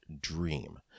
Dream